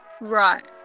right